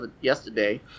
yesterday